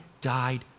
died